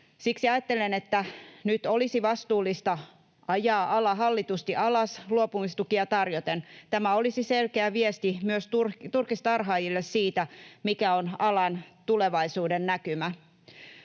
Siksi ajattelen, että nyt olisi vastuullista ajaa ala hallitusti alas luopumistukia tarjoten. Tämä olisi selkeä viesti myös turkistarhaajille siitä, mikä on alan tulevaisuudennäkymä.